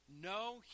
no